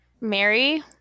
Mary